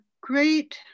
great